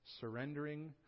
surrendering